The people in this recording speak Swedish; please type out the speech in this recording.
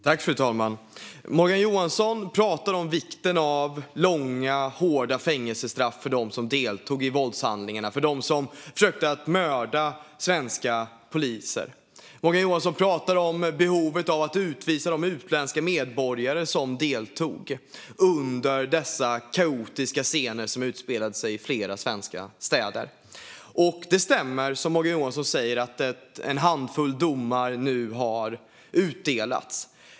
Fru talman! Morgan Johansson pratar om vikten av långa och hårda fängelsestraff för dem som deltog i våldshandlingarna och försökte att mörda svenska poliser. Morgan Johansson pratar om behovet av att utvisa de utländska medborgare som deltog under dessa kaotiska scener som utspelade sig i flera svenska städer. Det stämmer som Morgan Johansson säger att en handfull domar nu har utdelats.